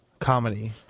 Comedy